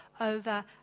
over